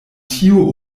tiu